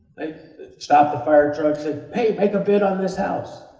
they stopped the fire truck, said, hey, make a bid on this house.